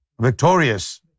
victorious